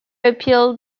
appealed